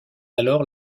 alors